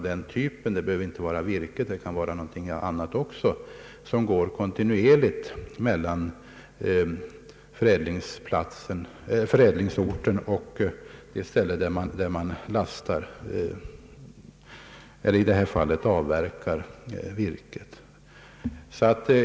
Det behöver inte vara fråga om virke, utan det kan vara annat gods som transporteras kontinuerligt till förädlingsorten.